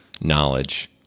knowledge